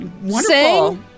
Wonderful